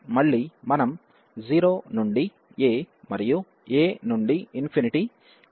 కాబట్టి మళ్ళీ మనం 0 నుండి a మరియు a నుండి తీసుకున్నాము